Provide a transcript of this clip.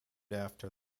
after